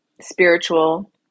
spiritual